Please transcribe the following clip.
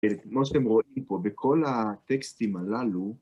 כן. כמו שאתם רואים פה, בכל הטקסטים הללו,